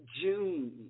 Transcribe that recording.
June